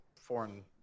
foreign